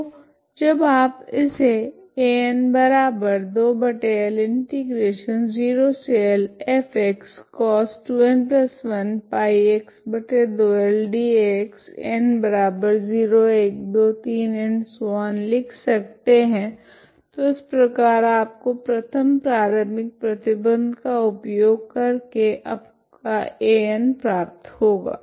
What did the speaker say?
तो जब आप इसे लिख सकते है तो इस प्रकार आपको प्रथम प्रारम्भिक प्रतिबंध का उपयोग कर के आपका An प्राप्त होगा